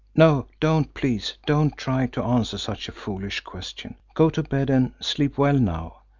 no! don't, please don't try to answer such a foolish question. go to bed and sleep well now.